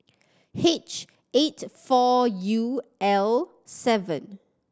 H eight four U L seven